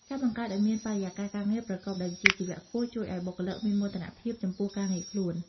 ការបង្កើតឱ្យមានបរិយាកាសការងារប្រកបដោយវិជ្ជាជីវៈខ្ពស់ ជួយឱ្យបុគ្គលិកមានមោទនភាពចំពោះការងារខ្លួន។